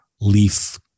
leaf